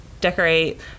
decorate